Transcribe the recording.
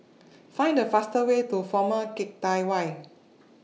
Find The faster Way to Former Keng Teck Whay